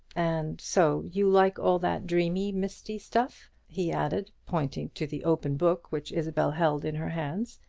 and so you like all that dreamy, misty stuff? he added, pointing to the open book which isabel held in her hands.